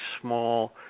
small